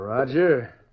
Roger